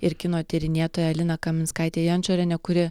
ir kino tyrinėtoja lina kaminskaitė jančorienė kuri